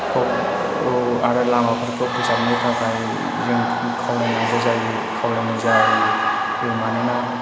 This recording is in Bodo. आरो लामाफोरखौ फोसाबनो थाखाय जों खावलायनांगौ जायो खावलायनाय जायो मानोना